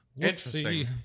Interesting